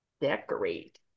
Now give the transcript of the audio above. Decorate